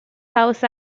south